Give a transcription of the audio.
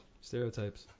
Stereotypes